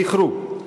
זכרו,